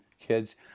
kids